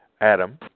Adam